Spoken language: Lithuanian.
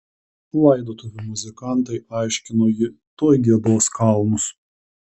laidotuvių muzikantai aiškino ji tuoj giedos kalnus